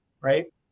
Right